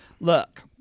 Look